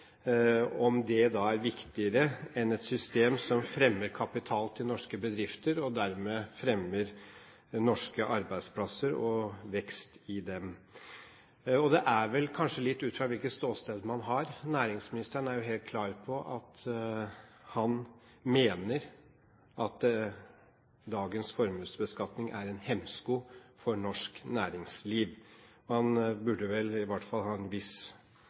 om den er viktigere enn et system som fremmer kapital til norske bedrifter og dermed fremmer norske arbeidsplasser og vekst i dem. Det er vel kanskje litt ut fra hvilket ståsted man har. Næringsministeren er jo helt klar på at han mener at dagens formuesbeskatning er en hemsko for norsk næringsliv. Han burde vel i hvert fall ha en viss